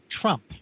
Trump